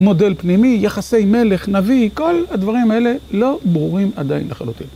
מודל פנימי, יחסי מלך, נביא, כל הדברים האלה לא ברורים עדיין לחלוטין.